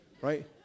Right